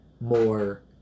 more